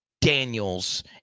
Daniels